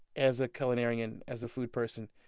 as a culinarian, as a food person,